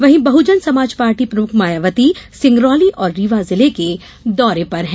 वहीं बहुजन समाजपार्टी प्रमुख मायावती सिंगरौली और रीवा जिले के दौरे पर हैं